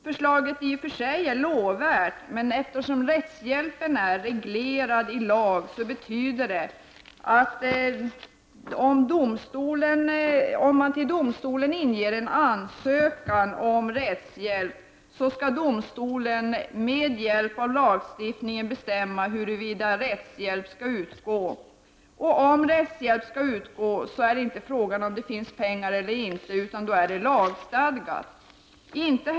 Förslaget är i och för sig lovvärt, men eftersom rättshjälpen är reglerad i lag betyder det att om man till domstolen inger en ansökan om rättshjälp skall domstolen med hjälp av lagstiftningen bestämma huruvida rättshjälp skall utgå. Om man finner att rättshjälp skall utgå är det inte fråga om huruvida det finns pengar eller inte utan då är det lagstadgat.